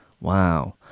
wow